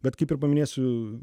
bet kaip ir paminėsiu